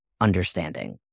understanding